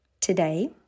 today